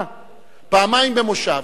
במושב,